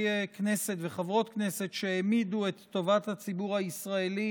כנסת וחברות כנסת שהעמידו את טובת הציבור הישראלי